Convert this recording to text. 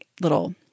little